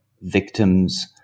victims